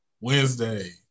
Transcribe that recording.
Wednesday